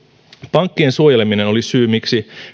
pankkien suojeleminen oli syy miksi